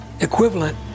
equivalent